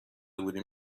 بودیم